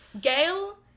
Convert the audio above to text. Gail